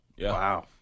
Wow